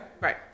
Right